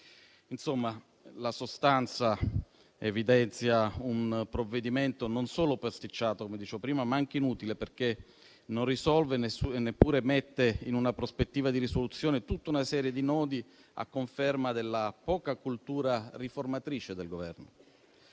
Insomma, la sostanza evidenzia un provvedimento non solo pasticciato - come dicevo prima - ma anche inutile, perché non risolve e neppure mette in una prospettiva di risoluzione tutta una serie di nodi, a conferma della poca cultura riformatrice del Governo.